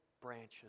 branches